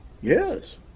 Yes